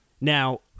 Now